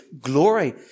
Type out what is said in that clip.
glory